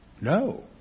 No